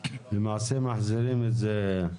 אוקיי, למעשה מחזירים את זה.